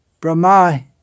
Brahma